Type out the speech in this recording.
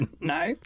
No